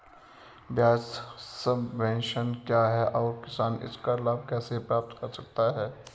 ब्याज सबवेंशन क्या है और किसान इसका लाभ कैसे प्राप्त कर सकता है?